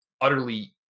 utterly